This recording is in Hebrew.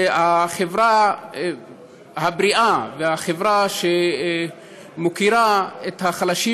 והחברה הבריאה והחברה שמוקירה את החלשים